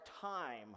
time